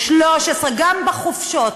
13. בחופשה.